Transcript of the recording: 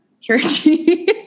churchy